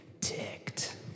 ticked